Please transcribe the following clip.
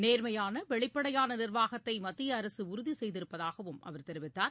நேர்மையான வெளிப்படையான நிர்வாகத்தை மத்திய அரசு உறுதி செய்திருப்பதாகவும் அவர் தெரிவித்தார்